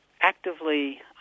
actively